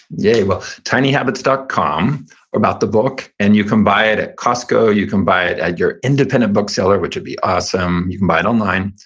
yeah well, tinyhabits dot com about the book. and you can buy it at costco. you can buy it at your independent bookseller, which would be awesome. you can buy it online.